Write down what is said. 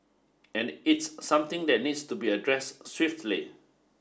and it's something that needs to be addressed swiftly